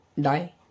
Die